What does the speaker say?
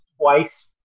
twice